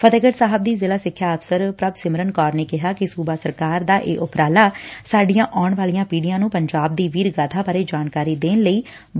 ਫਤਹਿਗੜੁ ਸਾਹਿਬ ਦੀ ਜ਼ਿਲ੍ਹਾ ਸਿੱਖਿਆ ਅਫ਼ਸਰ ਪੂਭ ਸਿਮਰਨ ਕੌਰ ਨੇ ਕਿਹਾ ਕਿ ਸੁਬਾ ਸਰਕਾਰ ਦਾ ਇਹ ਉਪਰਾਲਾ ਸਾਡੀਆ ਆਉਣ ਵਾਲੀਆ ਪੀਡੀਆ ਨੂੰ ਪੰਜਾਬ ਦੀ ਵੀਰ ਗਾਥਾ ਬਾਰੇ ਜਾਣਕਾਰੀ ਦੇਣ ਲਈ ਮਦਦਗਾਰ ਸਾਬਤ ਹੋਵੇਗਾ